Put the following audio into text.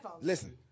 Listen